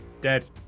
Dead